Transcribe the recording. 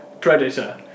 Predator